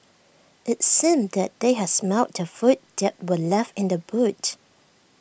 IT seemed that they had smelt the food that were left in the boot